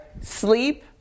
sleep